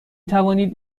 توانید